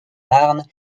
marne